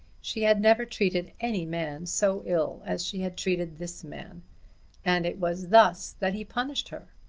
she had never treated any man so ill as she had treated this man and it was thus that he punished her!